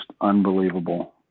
unbelievable